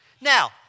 Now